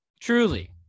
truly